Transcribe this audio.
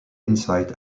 insight